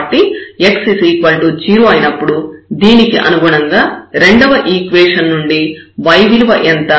కాబట్టి x 0 అయినప్పుడు దీనికి అనుగుణంగా రెండవ ఈక్వేషన్ నుండి y విలువ ఎంత